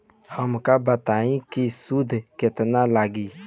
हमका बताई कि सूद केतना लागी?